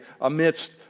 amidst